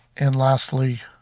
and lastly